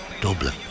Dublin